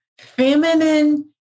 Feminine